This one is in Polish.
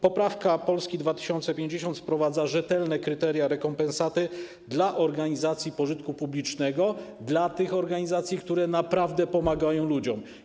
Poprawka Polski 2050 wprowadza rzetelne kryteria rekompensaty dla organizacji pożytku publicznego, które naprawdę pomagają ludziom.